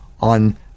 on